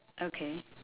okay